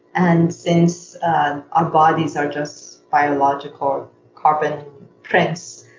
and since our bodies are just biological carbon prints,